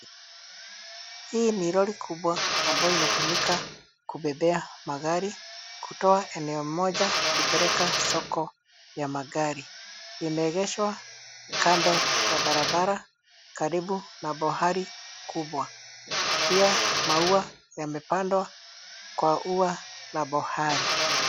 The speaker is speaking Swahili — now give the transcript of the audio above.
Hii ni lori kubwa ambayo inatumika kubebea magari kutoa eneo moja kupeleka soko ya magari. Imeegeshwa kando ya barabara karibu na bohari kubwa. Pia maua yamepandwa kwa ua la bohari.